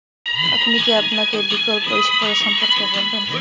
আপনি কি আমাকে সিবিল স্কোর সম্পর্কে বলবেন?